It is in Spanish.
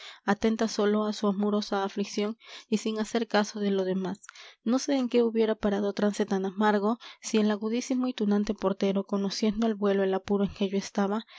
atenta sólo a su amorosa aflicción y sin hacer caso de lo demás no sé en qué hubiera parado trance tan amargo si el agudísimo y tunante portero conociendo al vuelo el apuro en que yo estaba